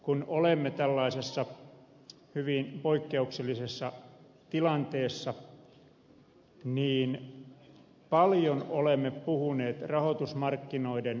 kun olemme tällaisessa hyvin poikkeuksellisessa tilanteessa niin paljon olemme puhuneet rahoitusmarkkinoiden pelisäännöistä